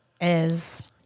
is-